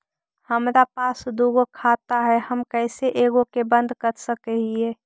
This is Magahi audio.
हमरा पास दु गो खाता हैं, हम कैसे एगो के बंद कर सक हिय?